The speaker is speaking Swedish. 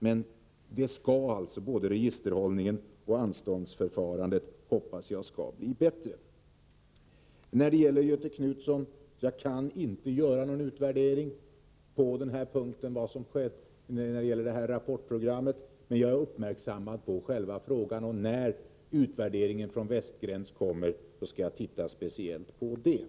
Men både registerhållningen och anståndsförfarandet hoppas jag skall bli bättre. Som svar på Göthe Knutsons fråga vill jag säga att jag inte kan göra någon utvärdering av vad som skett när det gäller detta rapportprogram. Men jag är uppmärksammad på frågan. När utvärderingen av Västgräns kommer, skall jag titta speciellt på den saken.